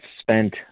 spent